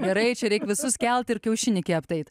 gerai čia reik visus kelt ir kiaušinį kept eit